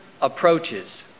approaches